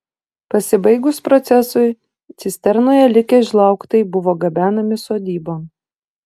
pasibaigus procesui cisternoje likę žlaugtai buvo gabenami sodybon